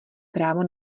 právo